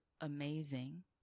amazing